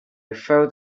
felt